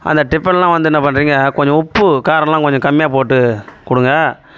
அந்த டிஃபன்னெலாம் வந்து என்ன பண்ணுறீங்க கொஞ்சம் உப்பு காரமெலாம் கொஞ்சம் கம்மியாக போட்டு கொடுங்க